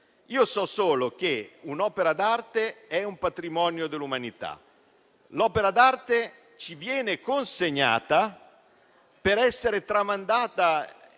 so solo che un'opera d'arte è un patrimonio dell'umanità; l'opera d'arte ci viene consegnata per essere tramandata